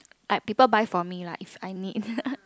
ah people buy for me lah if I need